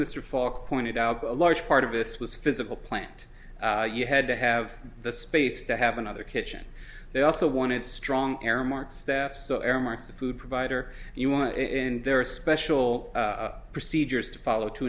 falk pointed out a large part of this was physical plant you had to have the space to have another kitchen they also wanted strong aramark staff so air marks a food provider you want and there are special procedures to follow to